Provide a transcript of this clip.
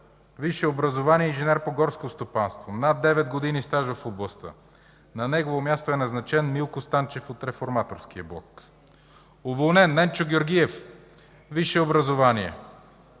висше образование инженер по горско стопанство. Над 9 години стаж в областта. На негово място е назначен Милко Станчев от Реформаторския блок. Уволнен: Ненчо Георгиев. Висше образование,